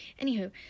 anywho